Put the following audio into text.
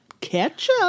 ketchup